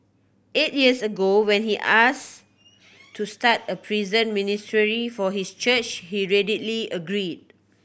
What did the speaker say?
eight years ago when he asked to start a prison ministry for his church he readily agreed